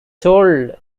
sold